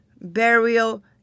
burial